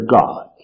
God